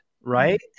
right